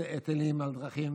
היטלים על דרכים.